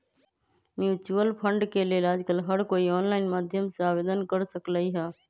mutual fund के लेल आजकल हर कोई ऑनलाईन माध्यम से आवेदन कर सकलई ह